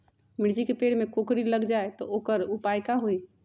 मिर्ची के पेड़ में कोकरी लग जाये त वोकर उपाय का होई?